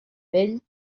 vell